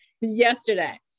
yesterday